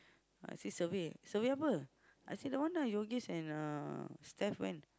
I say survey survey apa I say don't want ah Yogesh and uh Steph went